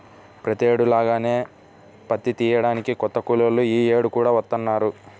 ప్రతేడు లాగానే పత్తి తియ్యడానికి కొత్త కూలోళ్ళు యీ యేడు కూడా వత్తన్నారా